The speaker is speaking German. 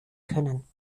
können